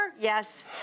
Yes